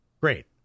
great